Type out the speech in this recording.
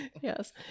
Yes